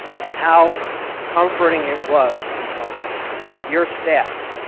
and how comforting it was to know that your staff,